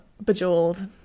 Bejeweled